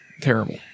Terrible